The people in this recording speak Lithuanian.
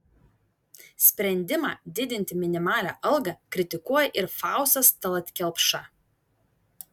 sprendimą didinti minimalią algą kritikuoja ir faustas tallat kelpša